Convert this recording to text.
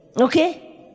Okay